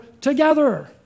together